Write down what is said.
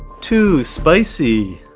too spicy,